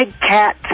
cat